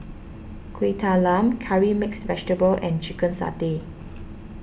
Kueh Talam Curry Mixed Vegetable and Chicken Satay